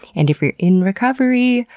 and if you're in recovery,